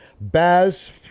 Baz